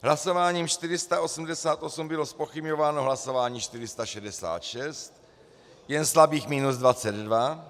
Hlasováním 488 bylo zpochybňováno hlasování 466, jen slabých minus 22.